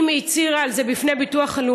אם היא הצהירה על זה בביטוח הלאומי,